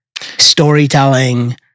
storytelling